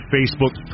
Facebook